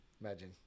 Imagine